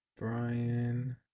Brian